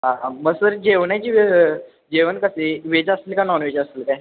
हां हां मग सर जेवणाची व्य जेवण कसे वेज असेल का नॉन वेज असंल काय